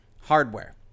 hardware